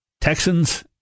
Texans